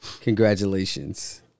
Congratulations